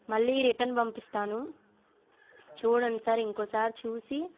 మళ్ళీ రిటర్న్ పంపిస్తాను చూడండి సార్ ఇంకోసారి చూసి